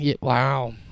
wow